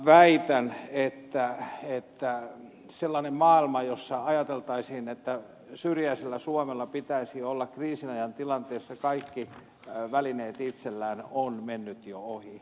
väitän että sellainen maailma jossa ajateltaisiin että syrjäisellä suomella pitäisi olla kriisinajan tilanteessa kaikki välineet itsellään on mennyt jo ohi